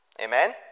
Amen